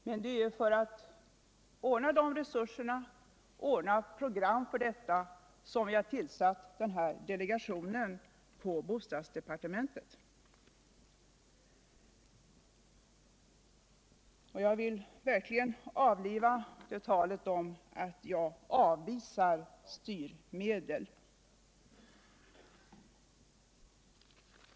Men det är för att ordna de resurserna och för av ordna ett program som vi har tillsatt den nämnda delegationen i bostadsde 63 partementet. Jag vill verkligen avliva talet om att jag avvisar styrmedel.